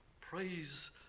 Praise